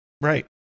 right